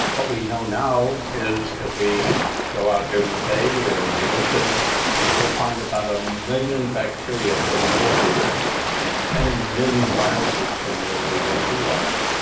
what we know is if we go out here in the bay or ah in the ocean we'll find about a million bacteria per millilitre and ten million viruses per millilitre of seawater.